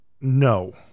No